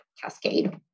cascade